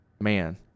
Man